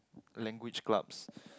language clubs